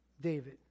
David